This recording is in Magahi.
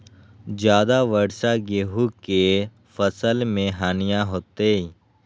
ज्यादा वर्षा गेंहू के फसल मे हानियों होतेई?